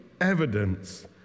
evidence